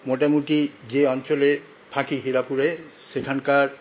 মোটামুটি যে অঞ্চলে থাকি হিরাপুরে সেখানকার